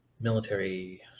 military